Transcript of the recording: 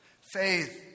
Faith